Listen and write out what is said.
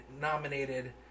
nominated